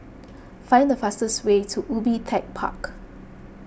find the fastest way to Ubi Tech Park